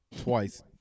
twice